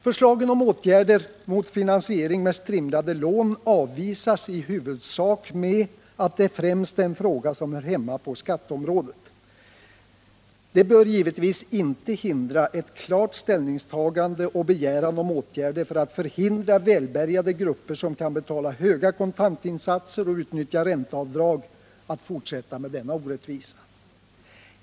Förslagen om åtgärder mot finansiering med strimlade lån avvisas i huvudsak med att det främst är en fråga som hör hemma på skatteområdet. Detta bör givetvis inte hindra ett klart ställningstagande och en begäran om åtgärder för att förhindra välbärgade grupper, som kan betala höga kontantinsatser och utnyttja ränteavdrag, att fortsätta med denna orättvisa.